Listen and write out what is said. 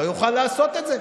לא יוכל לעשות את זה,